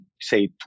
say